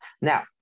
now